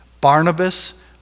Barnabas